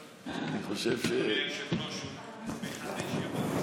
אדוני היושב-ראש, הוא מחדש ימיו כקדם.